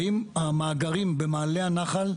האם המאגרים במעלה הנחל,